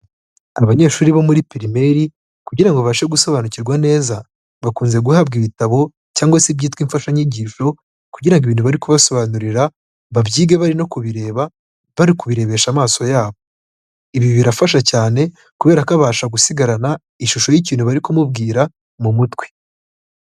Abanyeshuri bo muri pirimeri kugira ngo babashe gusobanukirwa neza, bakunze guhabwa ibitabo cyangwa se ibyitwa imfashanyigisho kugira ngo ibintu bari kubasobanurira babyige bari no kubireba, bari kubirebesha amaso yabo. Ibi birafasha cyane kubera ko abasha gusigarana ishusho y'ikintu bari kumubwira mu mutwe.